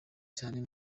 cyane